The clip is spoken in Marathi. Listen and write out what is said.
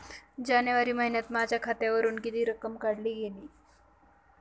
जानेवारी महिन्यात माझ्या खात्यावरुन किती रक्कम काढली गेली?